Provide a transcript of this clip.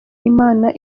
imana